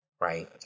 right